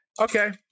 okay